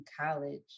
college